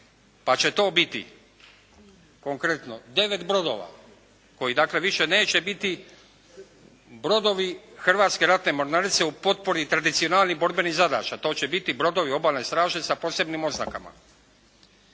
pa će to biti konkretno 9 brodova koji dakle više neće biti brodovi Hrvatske ratne mornarice u potpori tradicionalnih borbenih zadaća, to će biti brodovi Obalne straže sa posebnim oznakama.